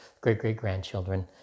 great-great-grandchildren